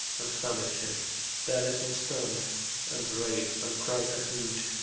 and famish him there let him stand and rave and cry for food.